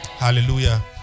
Hallelujah